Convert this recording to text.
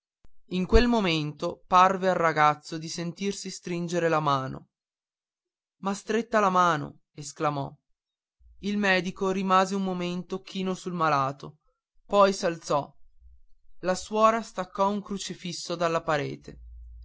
in quel punto parve al ragazzo di sentirsi stringere la mano m'ha stretta la mano esclamò il medico rimase un momento chino sul malato poi s'alzò la suora staccò un crocifisso dalla parte